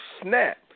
snap